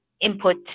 input